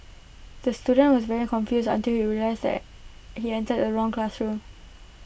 the student was very confused until he realised he entered the wrong classroom